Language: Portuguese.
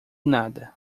nada